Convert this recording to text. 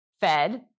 Fed